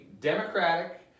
democratic